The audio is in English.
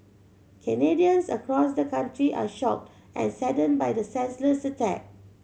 Canadians across the country are shocked and saddened by the senseless attack